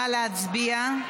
נא להצביע.